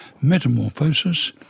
Metamorphosis